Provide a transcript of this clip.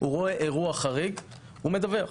הוא רואה אירוע חריג, הוא מדווח.